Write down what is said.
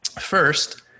first